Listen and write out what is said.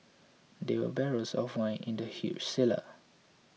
there were barrels of wine in the huge cellar